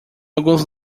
alguns